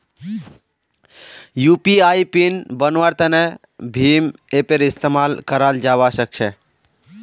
UPI PIN बन्वार तने भीम ऐपेर इस्तेमाल कराल जावा सक्छे